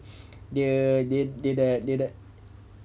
dia di~ dia dah dia dah